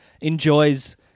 enjoys